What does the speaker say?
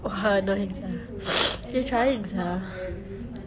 !wah! annoying sia you trying sia